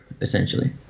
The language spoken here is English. essentially